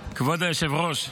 היושב-ראש,